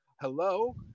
Hello